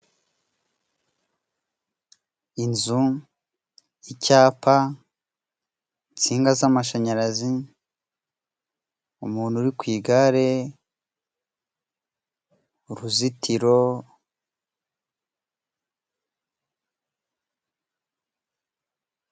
Inzu, icyapa, intsinga z'amashanyarazi, umuntu uri ku igare, uruzitiro.